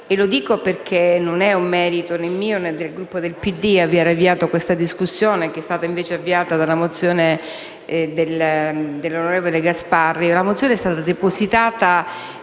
e lo dico perché non è un merito mio, né del Partito Democratico aver avviato questa discussione, che è stata invece avviata dalla mozione dell'onorevole Gasparri,